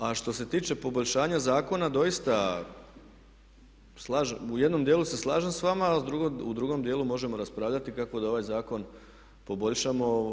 A što se tiče poboljšanja zakona doista u jednom dijelu se slažem s vama a u drugom dijelu možemo raspravljati kako da ovaj zakon poboljšamo.